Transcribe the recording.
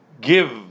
give